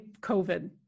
COVID